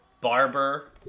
barber